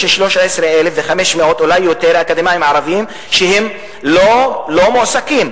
יש 13,500 ואולי יותר אקדמאים ערבים שלא מועסקים.